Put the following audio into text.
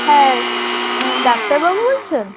হ্যাঁ ডাক্তারবাবু বলছেন